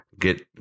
get